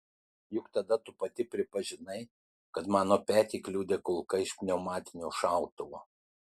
juk tada tu pati pripažinai kad mano petį kliudė kulka iš pneumatinio šautuvo